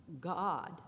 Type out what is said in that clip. God